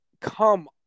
come